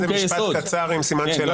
שאלה זה משפט קצר עם סימן שאלה.